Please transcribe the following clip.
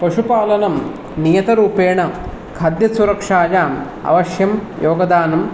पशुपालनं नियतरूपेण खाद्यसुरक्षायाम् अवश्यं योगदानं